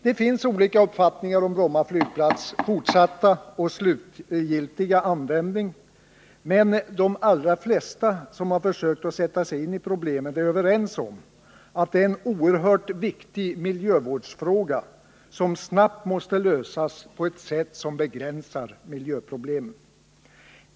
Det finns olika uppfattningar om den fortsatta och slutgiltiga användningen av Bromma flygplats, men de allra flesta som försökt att sätta sig in i problemen är överens om att det är en oerhört viktig miljövårdsfråga som snabbt måste lösas på ett sätt som begränsar miljöproblemen.